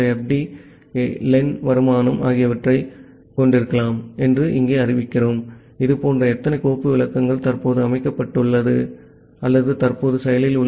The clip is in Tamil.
டி லென் ரிட்டர்ன்ஸ் ஆகியவற்றைக் கொண்டிருக்கலாம் என்று இங்கே அறிவிக்கிறோம் இதுபோன்ற எத்தனை கோப்பு விளக்கங்கள் தற்போது அமைக்கப்பட்டுள்ளன அல்லது தற்போது செயலில் உள்ளன